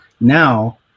Now